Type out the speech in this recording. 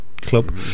club